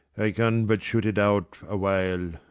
i can but shut it out awhile.